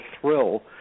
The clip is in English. thrill